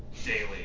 Daily